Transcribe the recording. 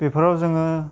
बेफोराव जोङो